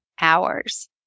hours